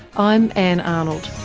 i'm ann arnold.